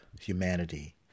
humanity